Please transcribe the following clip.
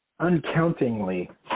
uncountingly